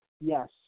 Yes